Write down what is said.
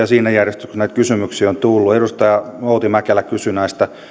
siinä järjestyksessä kuin näitä kysymyksiä on tullut edustaja outi mäkelä kysyi näistä